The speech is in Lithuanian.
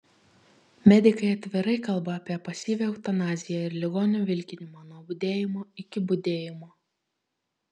medikai atvirai kalba apie pasyvią eutanaziją ir ligonių vilkinimą nuo budėjimo iki budėjimo